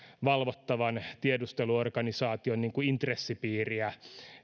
valvottavan tiedusteluorganisaation intressipiiriä